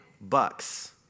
bucks